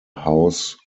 house